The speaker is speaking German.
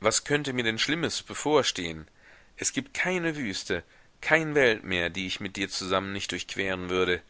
was könnte mir denn schlimmes bevorstehen es gibt keine wüste kein weltmeer die ich mit dir zusammen nicht durchqueren würde